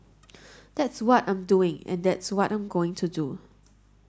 that's what I'm doing and that's what I'm going to do